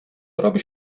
robi